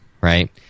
right